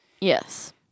Yes